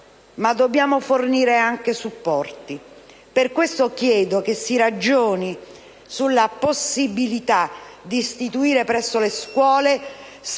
ma dobbiamo fornire anche supporti. Per questo chiedo che si ragioni sulla possibilità di istituire presso le scuole